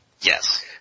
yes